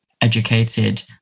educated